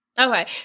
Okay